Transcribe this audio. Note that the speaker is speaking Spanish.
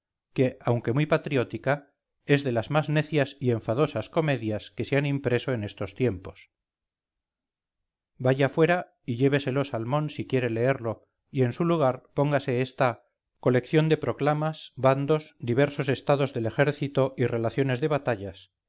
que aunque muy patriótica es de las más necias y enfadosas comedias que se han impreso en estos tiempos vaya fuera y lléveselo salmón si quiere leerlo y en su lugar póngase esta colección de proclamas bandos diversos estados del ejército y relaciones de batallas